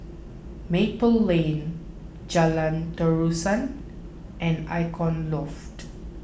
Maple Lane Jalan Terusan and Icon Loft